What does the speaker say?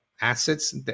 assets